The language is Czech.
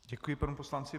Děkuji panu poslanci.